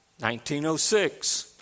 1906